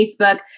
Facebook